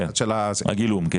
הגילום.